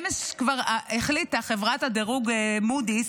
אמש כבר החליטה חברת הדירוג מודי'ס,